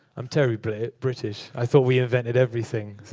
i'm terribly british. i thought we invented everything,